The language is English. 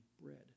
bread